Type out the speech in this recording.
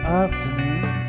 afternoon